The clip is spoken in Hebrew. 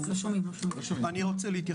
כשאני מסתכלת על כל בתי החולים הציבוריים ואני